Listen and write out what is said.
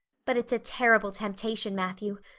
but it's a terrible temptation, matthew.